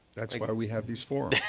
that's why we have these forums.